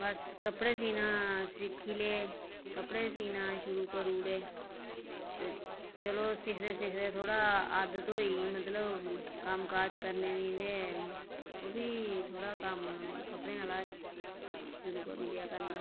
बस कपड़े सीना सिक्खी ले कपड़े सीना शुरु करी ओड़े ते चलो सिखदे सिखदे थोह्ड़ा आदत होई गेई मतलब कम्म काज करने दी ते ओह्बी थोह्ड़ा कम्म कपड़े आह्ला शुरु करी ओड़ेआ करना